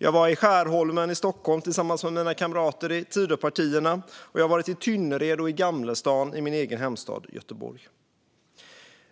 Jag var i Skärholmen i Stockholm tillsammans med mina kamrater i Tidöpartierna, och jag har varit i Tynnered och Gamlestaden i min egen hemstad Göteborg.